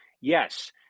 Yes